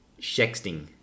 Shexting